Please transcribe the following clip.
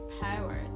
power